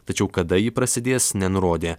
tačiau kada ji prasidės nenurodė